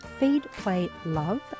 feedplaylove